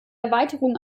erweiterung